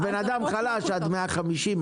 אז בן אדם חלש עד 150,000,